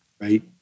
right